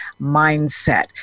mindset